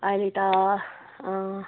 अहिले त